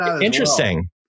interesting